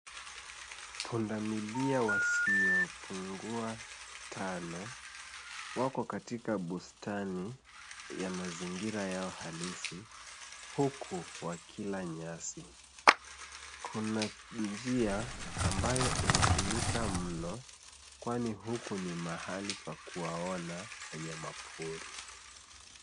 Pundamilia wasiopungua tano wako katika bustani ya mazingira yao halisi huku wakila nyasi. Kuna njia ambayo imetumika mno kwani huku ni mahali pa kuwaona wanyamapori.